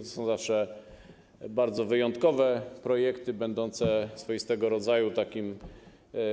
To są zawsze bardzo wyjątkowe projekty, będące swoistego rodzaju